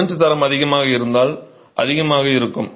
cement தரம் அதிகமாக இருந்தால் அதிகமாக இருக்கும்